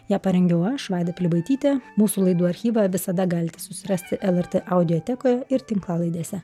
ją parengiau aš vaida pilibaitytė mūsų laidų archyvą visada gali susirasti lrt audiotekoje ir tinklalaidėse